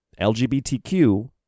LGBTQ